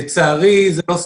לצערי זה לא סטרילי,